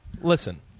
listen